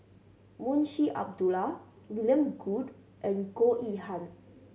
Munshi Abdullah William Goode and Goh Yihan